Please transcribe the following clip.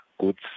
goods